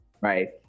right